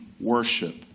worship